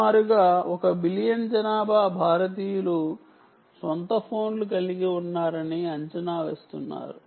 సుమారుగా 1 బిలియన్ జనాభా భారతీయులు సొంత ఫోన్లు కలిగి ఉన్నారని అంచనా వేస్తున్నారు